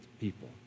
people